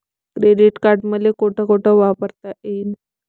Credit card मले कोठ कोठ वापरता येईन?